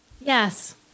Yes